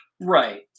Right